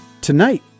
tonight